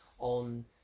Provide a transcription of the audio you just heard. On